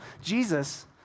Jesus